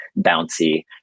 bouncy